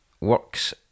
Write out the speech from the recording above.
works